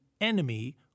enemy